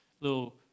little